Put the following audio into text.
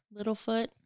Littlefoot